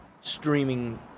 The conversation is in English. streaming